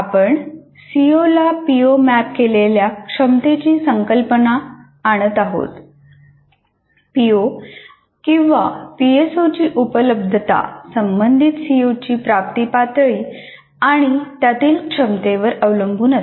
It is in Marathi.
आपण सीओला पीओ मॅप केलेल्या क्षमतेची संकल्पना आणत आहोत पीओ किंवा पीएसओची उपलब्धता संबंधित सीओची प्राप्ती पातळी आणि त्यातील क्षमतेवर अवलंबून असते